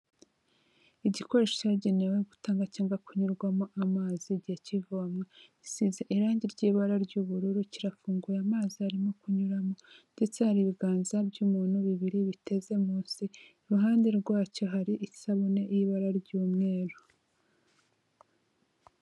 Igikoresho cyagenewe gutanga cyangwa kunyurwamo amazi igihe kivomo gisize irangi ry'ibara ry'ubururu, kirafunguye amazi arimo kunyuramo ndetse hari ibiganza by'umuntu bibiri biteze munsi, iruhande rwacyo hari isabune y'ibara ry'umweru.